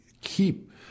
keep